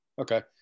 Okay